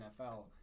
NFL